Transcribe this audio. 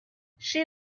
she